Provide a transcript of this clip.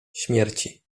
śmierci